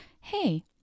hey